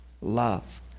love